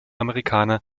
amerikaner